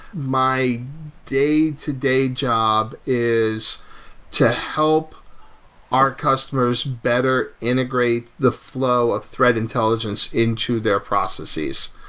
my day-to-day job is to help our customers better integrate the flow of threat intelligence into their processes.